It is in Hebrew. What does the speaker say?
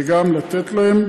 וגם לתת להם.